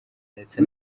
ndetse